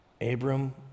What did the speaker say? Abram